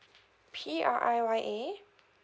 P R I Y A